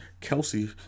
Kelsey